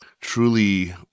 truly